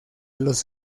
los